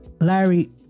Larry